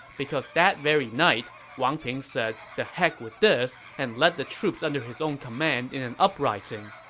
because that very night, wang ping said the heck with this and led the troops under his own command in an uprising.